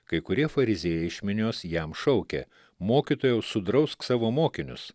kai kurie fariziejai iš minios jam šaukė mokytojau sudrausk savo mokinius